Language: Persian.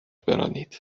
برانید